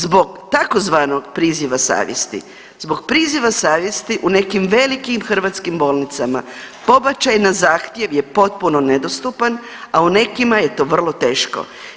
Zbog tzv. priziva savjesti, zbog priziva savjesti u nekim velikim hrvatskim bolnicama pobačaj na zahtjev je potpuno nedostupan, a u nekima je to vrlo teško.